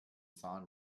san